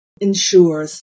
ensures